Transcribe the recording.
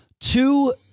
two